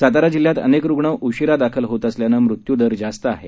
सातारा जिल्ह्यात अनेक रुग्ण उशीरा दाखल होत असल्यानं मृत्यू दर जास्त आहे